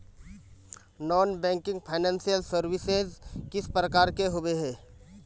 Non banking financial services किस प्रकार के होबे है?